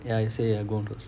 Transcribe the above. ya you say you go on first